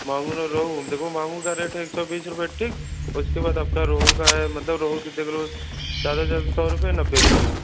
मांगूर और रोहू देखो मांगूर का रेट है एक सौ बीस रुपये ठीक उसके बाद आपका रोहू का है मतलब रोहू देख लो ज़्यादा से ज़्यादा सौ रुपये नब्बे रुपये है